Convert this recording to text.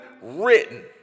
written